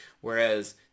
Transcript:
whereas